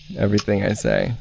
everything i say